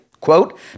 quote